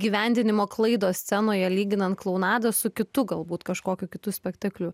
įgyvendinimo klaidos scenoje lyginant klounados su kitu galbūt kažkokiu kitu spektakliu